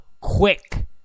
quick